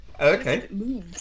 okay